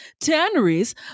tanneries